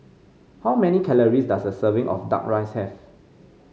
how many calories does a serving of duck rice have